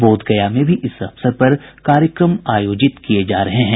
बोधगया में भी इस अवसर पर कार्यक्रम आयोजित किये जा रहे हैं